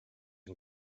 and